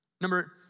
Number